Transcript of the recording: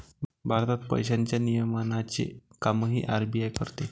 भारतात पैशांच्या नियमनाचे कामही आर.बी.आय करते